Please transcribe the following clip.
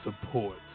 support